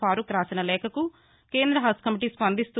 ఫరూక్ రాసిన లేఖకు కేంద్ర హజ్ కమిటీ స్పందింస్తూ